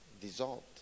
dissolved